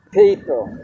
people